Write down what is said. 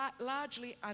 largely